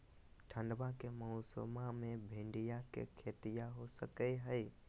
ठंडबा के मौसमा मे भिंडया के खेतीया हो सकये है?